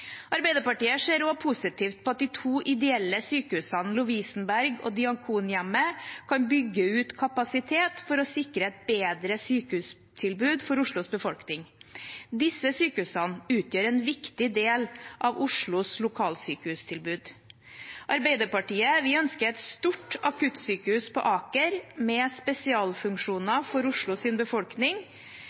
Arbeiderpartiet ser også positivt på at de to ideelle sykehusene, Lovisenberg og Diakonhjemmet, kan bygge ut kapasitet for å sikre et bedre sykehustilbud for Oslos befolkning. Disse sykehusene utgjør en viktig del av Oslos lokalsykehustilbud. Arbeiderpartiet ønsker et stort akuttsykehus på Aker med spesialfunksjoner for Oslos befolkning. I Oslo